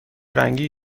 رنگی